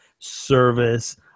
service